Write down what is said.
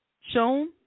shown